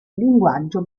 linguaggio